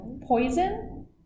poison